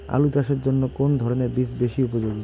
আলু চাষের জন্য কোন ধরণের বীজ বেশি উপযোগী?